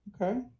Okay